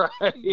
Right